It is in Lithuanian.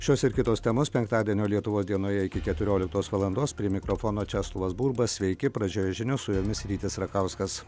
šios ir kitos temos penktadienio lietuvos dienoje iki keturioliktos valandos prie mikrofono česlovas burba sveiki pradžioje žinios su jomis rytis rakauskas